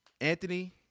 Anthony